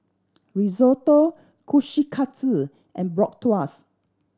Risotto Kushikatsu and Bratwurst